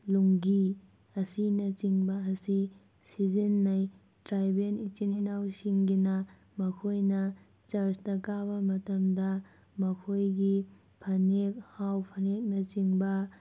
ꯂꯨꯡꯒꯤ ꯑꯁꯤꯅꯆꯤꯡꯕ ꯑꯁꯤ ꯁꯤꯖꯤꯟꯅꯩ ꯇ꯭ꯔꯥꯏꯕꯦꯜ ꯏꯆꯤꯟ ꯏꯅꯥꯎꯁꯤꯡꯒꯤꯅ ꯃꯈꯣꯏꯅ ꯆꯔꯆꯇ ꯀꯥꯕ ꯃꯇꯝꯗ ꯃꯈꯣꯏꯒꯤ ꯐꯅꯦꯛ ꯍꯥꯎ ꯐꯅꯦꯛꯅꯆꯤꯡꯕ